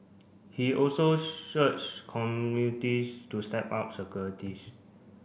he also to step up securities